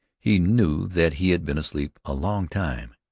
he knew that he had been asleep a long time.